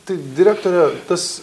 tai direktore tas